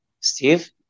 Steve